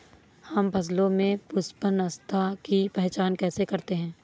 हम फसलों में पुष्पन अवस्था की पहचान कैसे करते हैं?